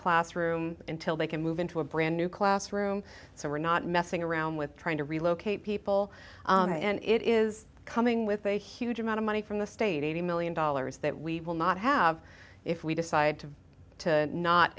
classroom until they can move into a brand new classroom so we're not messing around with trying to relocate people and it is coming with a huge amount of money from the state eighty million dollars that we will not have if we decide to